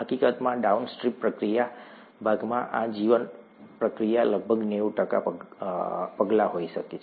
હકીકતમાં ડાઉનસ્ટ્રીમ પ્રક્રિયા ભાગમાં આ જીવપ્રક્રિયાના લગભગ 90 ટકા પગલાં હોઈ શકે છે